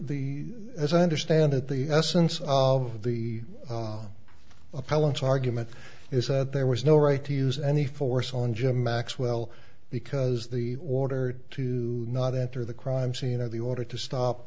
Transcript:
the as i understand it the essence of the appellant's argument is that there was no right to use any force on jim maxwell because the order to not enter the crime scene or the order to stop